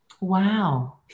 wow